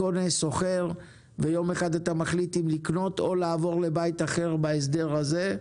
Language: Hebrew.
שוכר וביום אחד מחליט אם לקנות או לעבור לבית אחר בהסדר הזה.